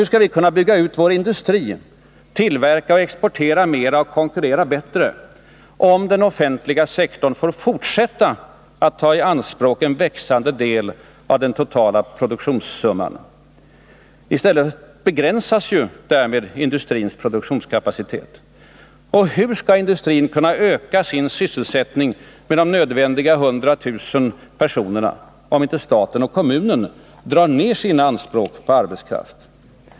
Hur skall vi kunna bygga ut vår industri, tillverka och exportera mer samt konkurrera bättre, om den offentliga sektorn får fortsätta att ta i anspråk en växande del av den totala produktionssumman? I stället begränsas ju därmed industrins produktionskapacitet. Och hur skall industrin kunna öka sin sysselsättning med de nödvändiga 100 000 personerna om inte staten och kommunerna drar ned sina anspråk på arbetskraft?